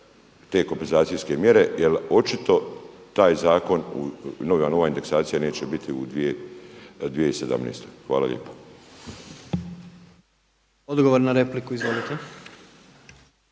te kompenzacijske mjere jel očito taj zakon nova indeksacija neće biti u 2017.? Hvala lijepa. **Jandroković,